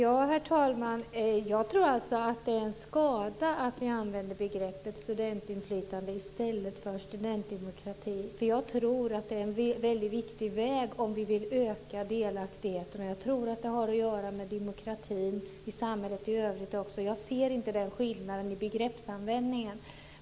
Herr talman! Jag tycker att det är synd att ni använder begreppet studentinflytande i stället för studentdemokrati. Jag tror att studentdemokrati är en viktig väg för att öka delaktigheten. Jag tror att det har att göra med demokratin också i samhället i övrigt. Jag ser därvidlag inte någon skillnad i begreppsanvändningen.